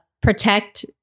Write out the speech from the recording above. protect